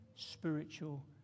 Spiritual